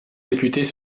députés